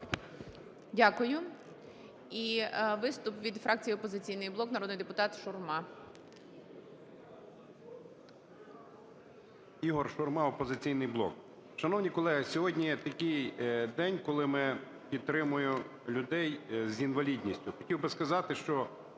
Дякую. І виступ від фракції "Опозиційний блок". Народний депутат Шурма. 13:02:40 ШУРМА І.М. Ігор Шурма, "Опозиційний блок". Шановні колеги, сьогодні такий день, коли ми підтримуємо людей з інвалідністю.